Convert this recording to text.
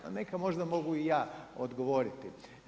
Na neka možda mogu i ja odgovoriti.